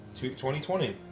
2020